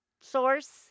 Source